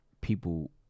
people